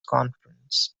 conference